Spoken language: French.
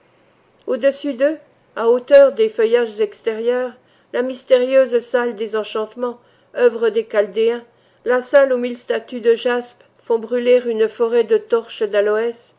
au-dessus d'eux à hauteur des feuillages extérieurs la mystérieuse salle des enchantements œuvre des chaldéens la salle où mille statues de jaspe font brûler une forêt de torches d'aloès